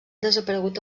desaparegut